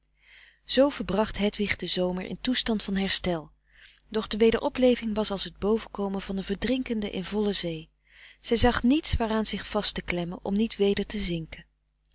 zoo verbracht hedwig den zomer in toestand van herstel doch de wederopleving was als het bovenkomen van een verdrinkende in volle zee zij zag niets waaraan zich vast te klemmen om niet weder te zinken